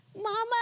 Mama